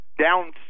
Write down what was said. Down